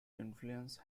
influence